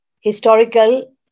historical